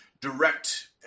direct